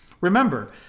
Remember